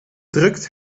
drukt